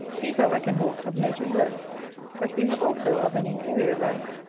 these are reckoned hawks of note and worth but we have also of an inferior rank,